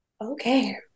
Okay